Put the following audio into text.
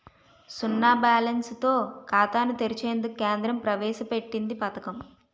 సున్నా బ్యాలెన్స్ తో ఖాతాను తెరిచేందుకు కేంద్రం ప్రవేశ పెట్టింది పథకం